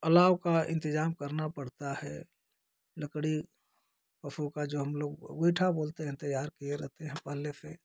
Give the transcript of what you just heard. अलाव का इंतजाम करना पड़ता है लकड़ी पशु का जो हम लोग गोइठा बोलते हैं तैयार किए रहते हैं पहले से